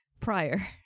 prior